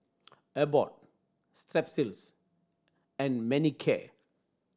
Abbott Strepsils and Manicare